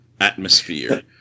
atmosphere